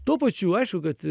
tuo pačiu aišku kad